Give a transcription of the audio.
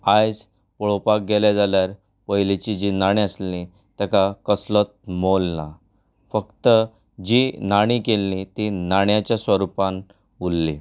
आयज पळोवपाक गेले जाल्यार पयलींची जी नाणें आसलेली तेका कसलोच मोल ना फक्त जी नाणी केल्ली ती नाण्याच्या स्वरुपान उरल्ली